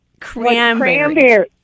Cranberry